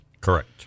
Correct